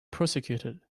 prosecuted